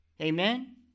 Amen